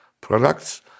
products